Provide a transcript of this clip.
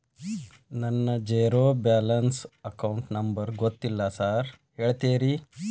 ನನ್ನ zero balance account number ಗೊತ್ತಿಲ್ಲ sir ಹೇಳ್ತೇರಿ?